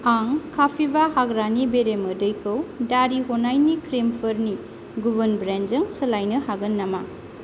आं कापिबा हाग्रानि बेरेमोदैखौ दारि हनायनि क्रिमफोरनि गुबुन ब्रेन्डजों सोलायनो हागोन नामा